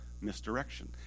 misdirection